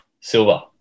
silver